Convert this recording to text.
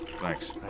Thanks